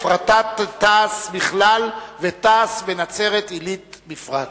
הפרטת תע"ש בכלל ותע"ש בנצרת-עילית בפרט.